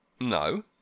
No